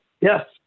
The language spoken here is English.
Yes